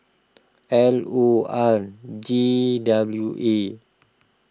L O R J W A